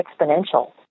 exponential